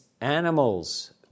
animals